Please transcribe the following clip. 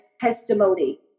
testimony